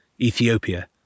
Ethiopia